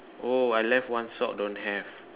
oh I left one sock don't have